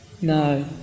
No